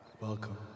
welcome